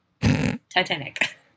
Titanic